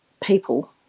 people